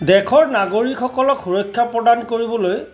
দেশৰ নাগৰিকসকলক সুৰক্ষা প্ৰদান কৰিবলৈ